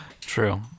True